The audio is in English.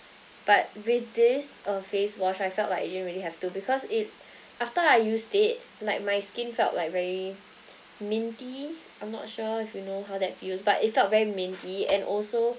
but with this uh face wash I felt like I don't really have to because it after I used it like my skin felt like very minty I'm not sure if you know how that feels but it felt very minty and also